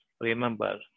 remember